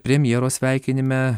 premjero sveikinime